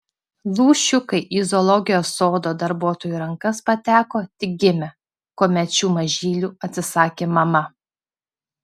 lūšiukai į zoologijos sodo darbuotojų rankas pateko tik gimę kuomet šių mažylių atsisakė mama